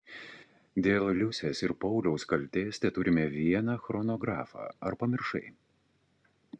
dėl liusės ir pauliaus kaltės teturime vieną chronografą ar pamiršai